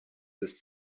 this